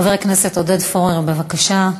חבר הכנסת עודד פורר, בבקשה.